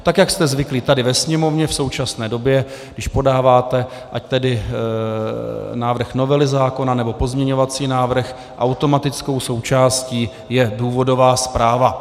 Tak jak jste zvyklí tady ve Sněmovně v současné době, když podáváte, ať tedy návrh novely zákona, nebo pozměňovací návrh, automatickou součástí je důvodová zpráva.